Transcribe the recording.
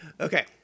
Okay